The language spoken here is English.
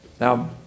Now